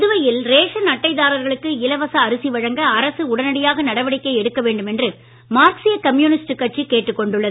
புதுவையில் ரேஷன் அட்டைதாரர்களுக்கு இலவச அரிசி வழங்க அரசு உடனடி நடவடிக்கை எடுக்க வேண்டும் என்று மார்க்சீய கம்யூனிஸ்ட் கட்சி கேட்டுக் கொண்டுள்ளது